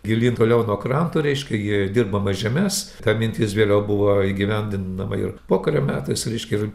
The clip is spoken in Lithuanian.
gilyn toliau nuo kranto reiškia į dirbamas žemes ta mintis vėliau buvo įgyvendinama ir pokario metais reiškia ir